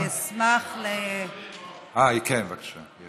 אני אשמח, כן, בבקשה.